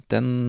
Den